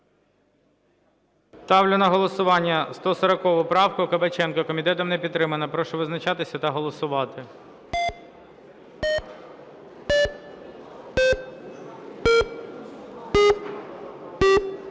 Ставлю на голосування 140 правку Кабаченка. Комітетом не підтримана. Прошу визначатись та голосувати.